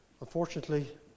unfortunately